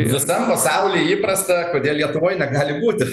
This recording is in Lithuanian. visam pasauly įprasta kodėl lietuvoj negali būti